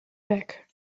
back